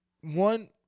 one